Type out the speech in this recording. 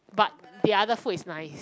but the other food is nice